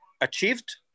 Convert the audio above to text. achieved